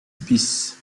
bis